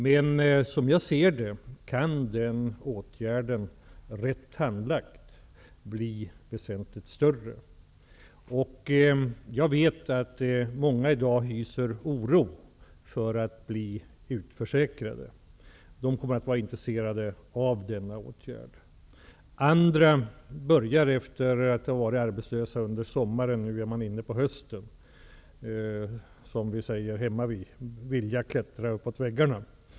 Men som jag ser det kan den åtgärden rätt handlagd bli väsentligt större. Jag vet att många i dag hyser oro för att bli utförsäkrade. De kommer att vara intresserade av denna åtgärd. Andra har varit arbetslösa under sommaren, och nu är vi inne på hösten. Som vi säger hemmavid: Vilja klättrar uppåt väggarna.